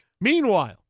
Meanwhile